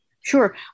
Sure